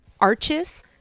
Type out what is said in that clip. Arches